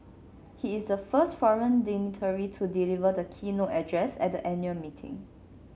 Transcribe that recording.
he is the first foreign dignitary to deliver the keynote address at the annual meeting